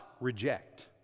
reject